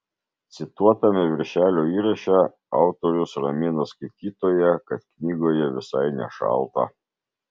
cituotame viršelio įraše autorius ramina skaitytoją kad knygoje visai nešalta